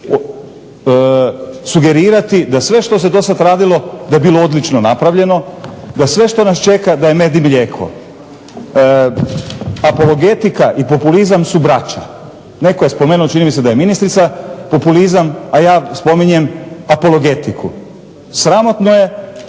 sugerirati da sve što se do sada radilo da je bilo odlično napravljeno, da sve što nas čeka da je med i mlijeko. Apologetika i populizam su braća. Netko je spomenuo, čini mi se da je ministrica populizam, a ja spominjem apologetiku. Sramotno je